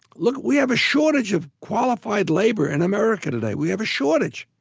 look, we have a shortage of qualified labor in america today, we have a shortage.